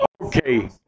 Okay